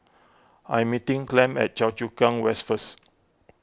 I'm meeting Clem at Choa Chu Kang West first